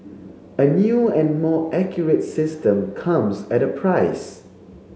a new and more accurate system comes at a price